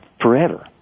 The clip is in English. forever